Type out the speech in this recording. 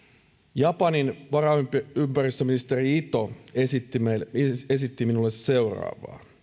japanin varaympäristöministeri ito esitti minulle seuraavaa